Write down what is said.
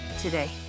today